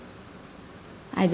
I don't